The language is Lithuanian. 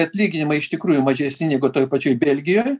atlyginimai iš tikrųjų mažesni negu toj pačioj belgijoj